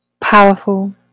Powerful